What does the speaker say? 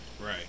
Right